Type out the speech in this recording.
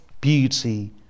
beauty